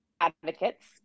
Advocates